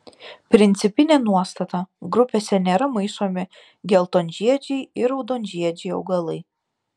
principinė nuostata grupėse nėra maišomi geltonžiedžiai ir raudonžiedžiai augalai